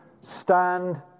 stand